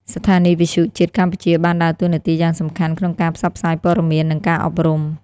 ស្ថានីយវិទ្យុជាតិកម្ពុជាបានដើរតួនាទីយ៉ាងសំខាន់ក្នុងការផ្សព្វផ្សាយព័ត៌មាន និងការអប់រំ។